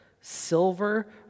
Silver